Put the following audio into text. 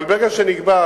אבל ברגע שנקבע,